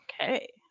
Okay